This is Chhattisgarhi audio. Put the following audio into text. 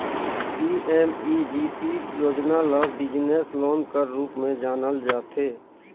पीएमईजीपी योजना ल बिजनेस लोन कर रूप में जानल जाथे